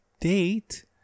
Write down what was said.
date